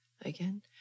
again